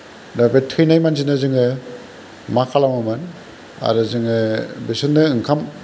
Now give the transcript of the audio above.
दा बे थैनाय मानसिनो जोङो मा खालामोमोन आरो जोङो बिसोरनो ओंखाम